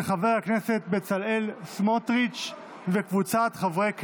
של חבר הכנסת בצלאל סמוטריץ' וקבוצת חברי הכנסת.